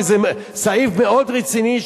כי זה סעיף מאוד רציני,